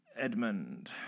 Edmund